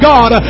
God